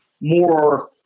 more